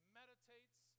meditates